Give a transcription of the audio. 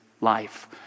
life